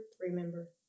remember